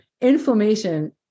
inflammation